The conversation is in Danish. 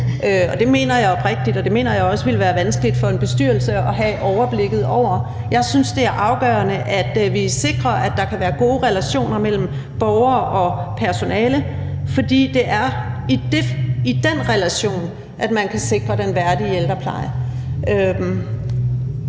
Det mener jeg oprigtigt. Og jeg mener også, det ville være vanskeligt for en bestyrelse at have et overblikket over det. Jeg synes, det er afgørende, at vi sikrer, at der kan være gode relationer mellem borgere og personale, fordi det er i den relation, at man kan sikre den værdige ældrepleje.